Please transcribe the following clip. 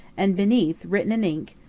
and beneath, written in ink,